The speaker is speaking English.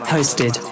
Hosted